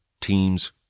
team's